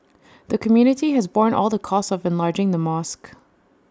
the community has borne all the costs of enlarging the mosque